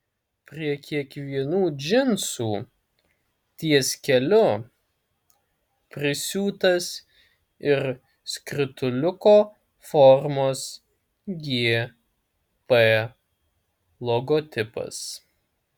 prie kiekvienų džinsų ties keliu prisiūtas ir skrituliuko formos gp logotipas